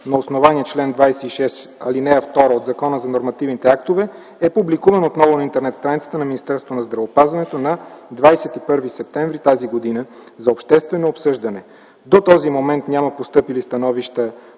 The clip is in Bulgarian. на основание чл. 26, ал. 2 от Закона за нормативните актове е публикуван отново на интернет страницата на Министерството на здравеопазването на 21 септември т.г. за обществено обсъждане. До този момент няма постъпили становища